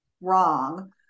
wrong